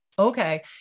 Okay